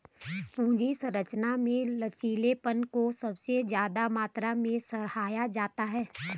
पूंजी संरचना में लचीलेपन को सबसे ज्यादा मात्रा में सराहा जाता है